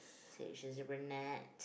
so she's a brunette